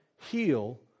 heal